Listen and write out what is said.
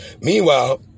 Meanwhile